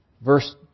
Verse